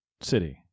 city